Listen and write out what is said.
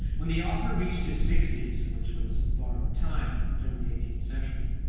when the author reached his sixty s, which was borrowed time during the eighteenth century,